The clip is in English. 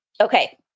Okay